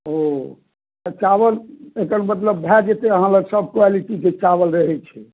हूँ चावल एकर मतलब भय जेतै अहाँ लग मे सब क्वालिटी के चावल रहै छै